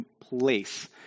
place